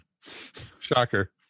Shocker